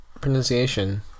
pronunciation